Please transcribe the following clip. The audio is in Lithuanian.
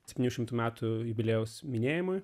septynių šimtų metų jubiliejaus minėjimui